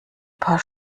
paar